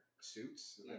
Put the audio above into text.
suits